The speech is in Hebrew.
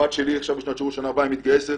הבת שלי עכשיו בשנת שירות, שנה ההבאה היא תתגייס.